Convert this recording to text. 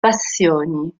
passioni